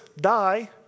die